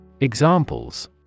Examples